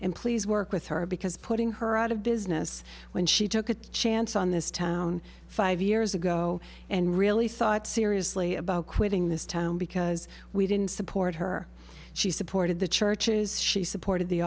please work with her because putting her out of business when she took a chance on this town five years ago and really thought seriously about quitting this town because we didn't support her she supported the churches she supported the